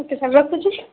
ଓ କେ sir ରଖୁଛି